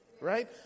right